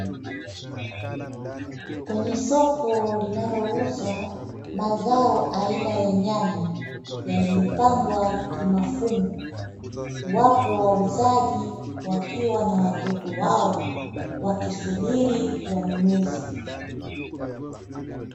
Kwenye soko linalouza mazao aina ya nyanya yaliyopangwa kimafungu, wapo wauzaji wakiwa na watoto wao wakisubiri wanunuzi.